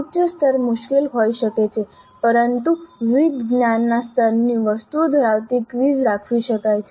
ઉચ્ચ સ્તર મુશ્કેલ હોઈ શકે છે પરંતુ વિવિધ જ્ઞાનના સ્તરની વસ્તુઓ ધરાવતી ક્વિઝ રાખવી શક્ય છે